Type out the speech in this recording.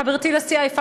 חברתי לסיעה,